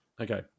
Okay